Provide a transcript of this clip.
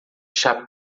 chá